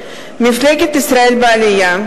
מפלגת ישראל בעלייה.